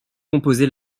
composé